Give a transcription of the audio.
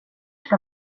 ska